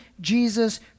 Jesus